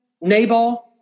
Nabal